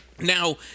Now